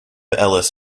ellis